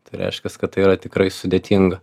tai reiškias kad tai yra tikrai sudėtinga